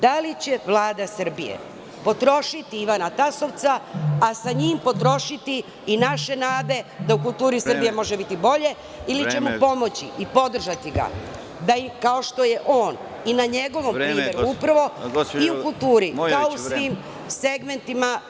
Da li će Vlada Srbije potrošiti Ivana Tasovca, a sa njim potrošiti i naše nade da u kulturi Srbije može biti bolje ili će mu pomoći i podržati ga da i kao što je on i na njegovom primeru upravo i u kulturi kao u svim segmentima